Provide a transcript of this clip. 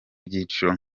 byiciro